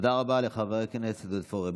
תודה רבה לחבר הכנסת פורר.